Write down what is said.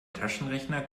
taschenrechner